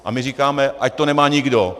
A my říkáme ať to nemá nikdo!